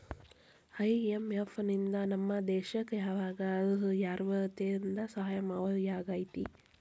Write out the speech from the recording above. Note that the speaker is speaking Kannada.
ಐ.ಎಂ.ಎಫ್ ನಿಂದಾ ನಮ್ಮ ದೇಶಕ್ ಯಾವಗ ಯಾವ್ರೇತೇಂದಾ ಸಹಾಯಾಗೇತಿ?